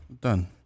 Done